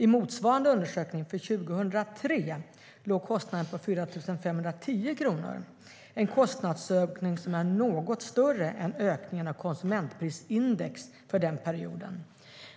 I motsvarande undersökning för 2003 låg kostnaden på 4 510 kronor - en kostnadsökning som är något större än ökningen av konsumentprisindex för den perioden.